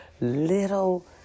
little